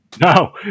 No